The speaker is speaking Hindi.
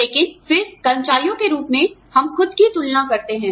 लेकिन फिर कर्मचारियों के रूप में हम खुद की तुलना करते हैं